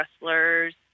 wrestlers